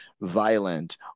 violent